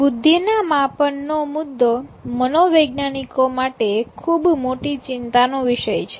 બુદ્ધિના માપનનો મુદ્દો મનોવૈજ્ઞાનિકો માટે ખૂબ મોટી ચિંતાનો વિષય છે